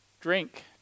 drink